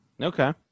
Okay